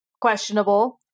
questionable